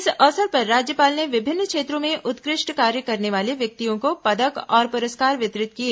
इस अवसर पर राज्यपाल ने विभिन्न क्षेत्रों में उत्कृष्ट कार्य करने वाले व्यक्तियों को पदक और पुरस्कार वितरित किए